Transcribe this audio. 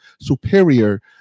superior